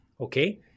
okay